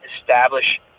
establish